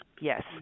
yes